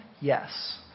Yes